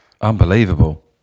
Unbelievable